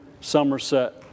Somerset